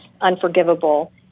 unforgivable